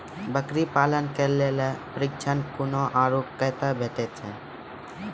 बकरी पालन के लेल प्रशिक्षण कूना आर कते भेटैत छै?